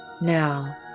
Now